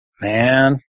Man